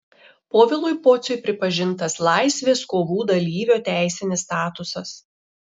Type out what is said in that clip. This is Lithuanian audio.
povilui pociui pripažintas laisvės kovų dalyvio teisinis statusas